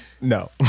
No